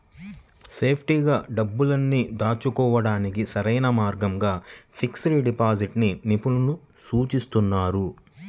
సేఫ్టీగా డబ్బుల్ని దాచుకోడానికి సరైన మార్గంగా ఫిక్స్డ్ డిపాజిట్ ని నిపుణులు సూచిస్తున్నారు